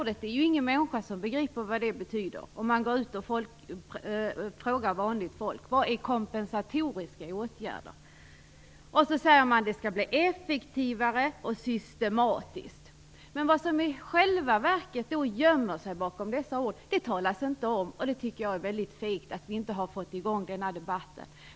Det är ju ingen människa som begriper vad det ordet betyder. Om man går ut och frågar vanligt folk vad som menas med kompensatoriska åtgärder, är det ingen som kan svara på det. Sedan säger man att det hela skall bli effektivare och systematiskt. Men vad som i själva verket gömmer sig bakom dessa ord talas det inte om. Jag tycker att det är väldigt fegt att vi inte har fått i gång denna debatt.